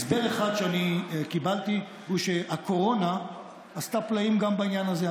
הסבר אחד שאני קיבלתי הוא שהקורונה עשתה פלאים גם בעניין הזה,